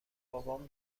بابام